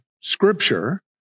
Scripture